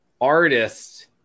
artist